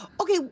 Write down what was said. Okay